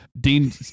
dean